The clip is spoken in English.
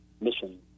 mission